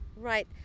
Right